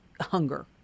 hunger